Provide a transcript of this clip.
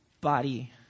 body